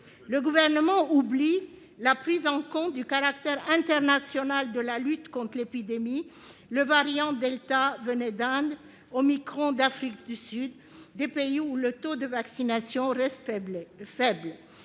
Le Gouvernement oublie de prendre en compte le caractère international de la lutte contre l'épidémie. Le variant delta venait d'Inde ; omicron vient d'Afrique du Sud. Dans ces pays, le taux de vaccination reste faible.